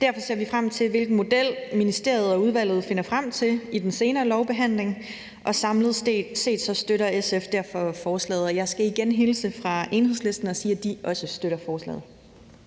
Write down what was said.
Derfor ser vi frem til at se, hvilken model ministeriet og udvalget finder frem til i den videre lovbehandling. Samlet set støtter SF derfor forslaget, og jeg skal igen hilse fra Enhedslisten og sige, at de også støtter forslaget.